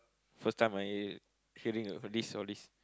first time I h~ hearing all this all this